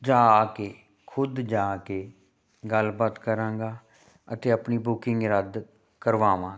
ਜਾ ਕੇ ਖੁਦ ਜਾ ਕੇ ਗੱਲਬਾਤ ਕਰਾਂਗਾ ਅਤੇ ਆਪਣੀ ਬੁਕਿੰਗ ਰੱਦ ਕਰਵਾਵਾਂਗਾ